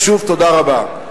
ושוב, תודה רבה.